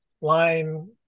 line